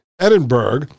Edinburgh